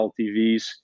LTVs